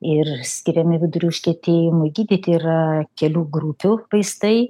ir skiriami vidurių užkietėjimui gydyti yra kelių grupių vaistai